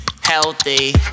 healthy